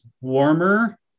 warmer